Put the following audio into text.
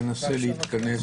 תנסה להתכנס.